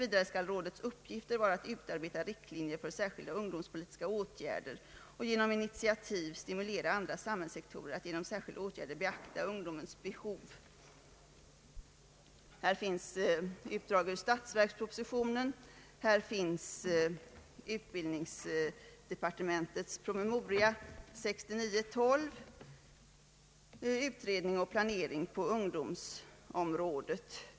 Vidare skall rådets uppgifter vara att utarbeta riktlinjer för särskilda ungdomspolitiska åtgärder och genom initiativ stimulera andra sambhällssektorer att genom särskilda åtgärder beakta ungdomens behov. Här finns bland materialet också ett utdrag ur statsverkspropositionen samt utbildningsdepartementets promemoria 1969:12 om utredning och planering på ungdomsområdet.